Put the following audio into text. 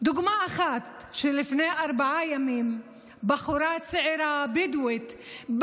דוגמה אחת: לפני ארבעה ימים בחורה צעירה בדואית,